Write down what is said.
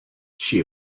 she